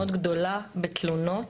מאוד גדולה בתלונות,